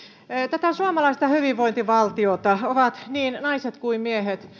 tätä suomalaista hyvinvointivaltiota ovat niin naiset kuin miehet